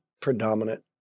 predominant